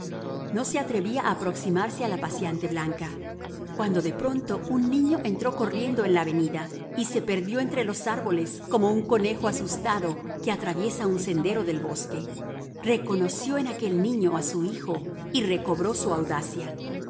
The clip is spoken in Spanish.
no se atrevía a aproximarse a la paseante blanca cuando de pronto un niño entró corriendo en la avenida y se perdió entre los árboles como un conejo asustado que atraviesa un sendero del bosque reconoció en aquel niño a su hijo y recobró su audacia